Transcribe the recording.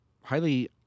highly